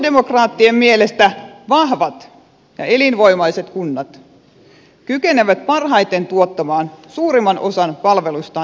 sosialidemokraattien mielestä vahvat ja elinvoimaiset kunnat kykenevät parhaiten tuottamaan suurimman osan palveluistaan itse